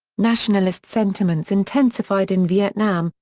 nationalist sentiments intensified in vietnam,